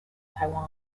taiwan